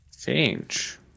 change